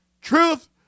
Truth